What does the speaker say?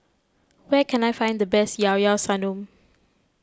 where can I find the best Ilao Ilao Sanum